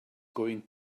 going